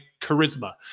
charisma